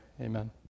Amen